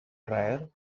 dryer